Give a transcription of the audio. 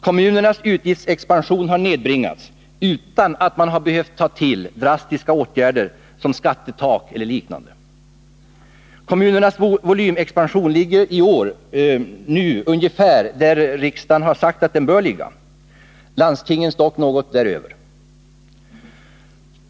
Kommunernas utgiftsexpansion har nedbringats utan att man har behövt ta till drastiska åtgärder som skattetak eller liknande. Kommunernas volymexpansion ligger i år ungefär där riksdagen har sagt att den bör ligga, landstingens dock något däröver.